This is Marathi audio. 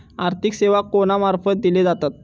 आर्थिक सेवा कोणा मार्फत दिले जातत?